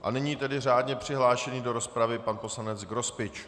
A nyní tedy řádně přihlášený do rozpravy pan poslanec Grospič.